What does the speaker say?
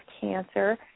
cancer